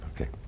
Okay